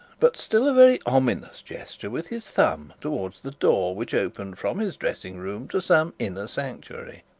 but still a very ominous gesture with his thumb towards the door which opened from his dressing-room to some inner sanctuary.